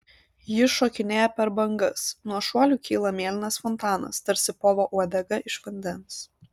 ji šokinėja per bangas nuo šuolių kyla mėlynas fontanas tarsi povo uodega iš vandens